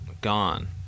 Gone